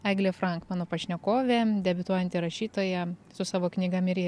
eglė frank mano pašnekovė debiutuojanti rašytoja su savo knyga mirė